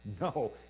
no